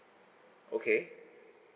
okay